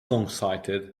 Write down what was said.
longsighted